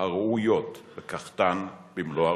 שראוי לקחתן במלוא הרצינות.